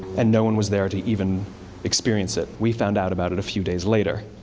and no one was there to even experience it. we found out about it a few days later.